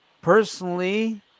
Personally